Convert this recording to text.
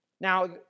Now